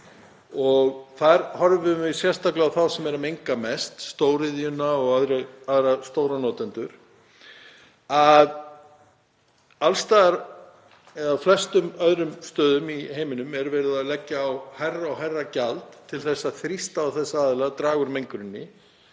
Þar horfum við sérstaklega á þá sem eru að menga mest, stóriðjuna og aðra stórnotendur. Á flestum öðrum stöðum í heiminum er verið að leggja á hærra og hærra gjald til þess að þrýsta á þessa aðila að draga úr menguninni